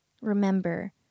Remember